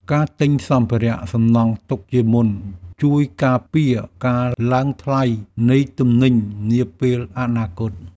ការទិញសម្ភារៈសំណង់ទុកជាមុន ជួយការពារការឡើងថ្លៃនៃទំនិញនាពេលអនាគត។